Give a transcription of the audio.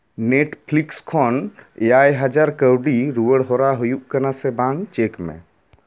Netflix ᱠᱷᱚᱱ ᱮᱭᱟᱭ ᱦᱟᱡᱟᱨ ᱠᱟᱹᱣᱰᱤ ᱨᱩᱭᱟᱹᱲ ᱦᱚᱨᱟ ᱦᱩᱭᱭᱩᱜ ᱠᱟᱱᱟ ᱥᱮ ᱵᱟᱝ ᱪᱮᱠ ᱢᱮ